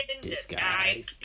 disguise